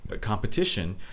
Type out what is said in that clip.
competition